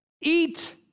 eat